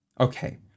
Okay